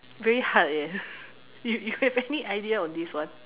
very hard leh you have any idea on this one